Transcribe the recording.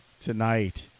tonight